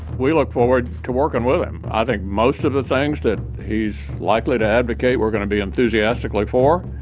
we look forward to working with him. i think most of the things that he's likely to advocate we're going to be enthusiastic like for.